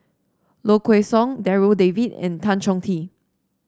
Low Kway Song Darryl David and Tan Chong Tee